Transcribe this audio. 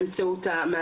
אם זה עובד בניין,